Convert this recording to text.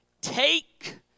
Take